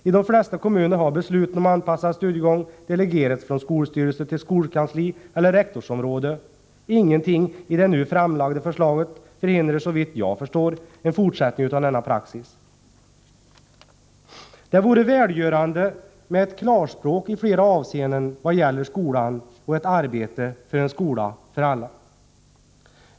I de flesta kommuner har besluten om anpassad studiegång delegerats från skolstyrelse till skolkansli eller rektorsområde. Ingenting i det nu framlagda förslaget förhindrar såvitt jag förstår en fortsättning av denna praxis. Det vore välgörande med ett klarspråk i flera avseenden när det gäller skolan och ett arbete för en skola för alla.